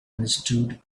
understood